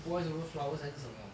boys over flowers 还是什么